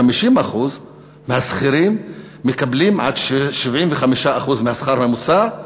50% מהשכירים מקבלים עד 75% מהשכר הממוצע.